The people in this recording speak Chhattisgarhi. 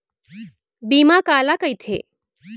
बीमा काला कइथे?